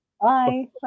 Bye